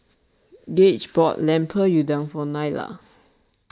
Gage bought Lemper Udang for Nyla